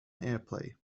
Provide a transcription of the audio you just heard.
airplay